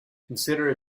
consider